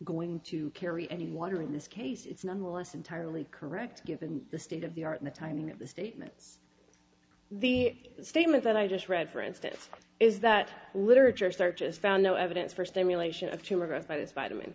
going to carry any water in this case it's nonetheless entirely correct given the state of the art in the timing of the statements the statement that i just read for instance is that literature search has found no evidence for stimulation of two of us by this vitamin